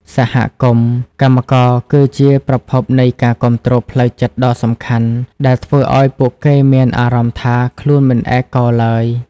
សហគមន៍កម្មករគឺជាប្រភពនៃការគាំទ្រផ្លូវចិត្តដ៏សំខាន់ ដែលធ្វើឱ្យពួកគេមានអារម្មណ៍ថាខ្លួនមិនឯកោឡើយ។